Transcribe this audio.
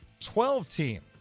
12-team